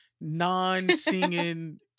non-singing